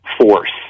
force